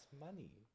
money